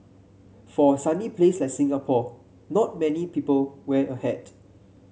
for a sunny place like Singapore not many people wear a hat